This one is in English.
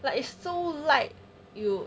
like it's so light you